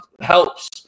helps